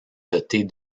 dotées